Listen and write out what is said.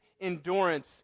endurance